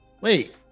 Wait